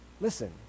Listen